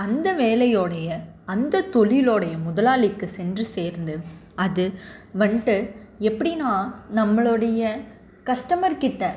அந்த வேலையோடய அந்த தொழிலோடய முதலாளிக்கு சென்று சேர்ந்து அது வந்துட்டு எப்படின்னா நம்மளோடய கஸ்டமர்க்கிட்ட